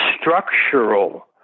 structural